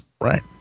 Right